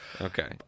Okay